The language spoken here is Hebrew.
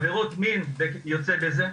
עבירות מין וכיוצא בזה.